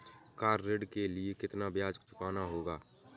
Car ऋण के लिए कितना ब्याज चुकाना होगा?